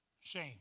shame